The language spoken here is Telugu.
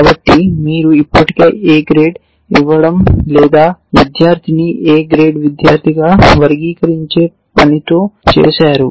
కాబట్టి మీరు ఇప్పటికే A గ్రేడ్ ఇవ్వడం లేదా విద్యార్థిని A గ్రేడ్ విద్యార్థిగా వర్గీకరించే పనితో చేసారు